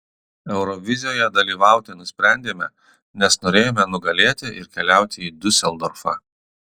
eurovizijoje dalyvauti nusprendėme nes norėjome nugalėti ir keliauti į diuseldorfą